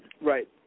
Right